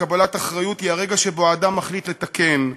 וקבלת אחריות היא הרגע שבו אדם מחליט לתקן,